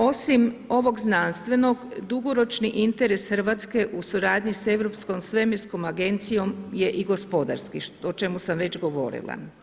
Osim ovog znanstvenog, dugoročni interes Hrvatske u suradnji s Europskom svemirskom agencijom je i gospodarski, o čemu sam već govorila.